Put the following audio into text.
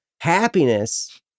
happiness